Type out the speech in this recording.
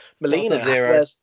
Melina